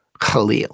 Khalil